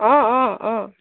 অ অ অ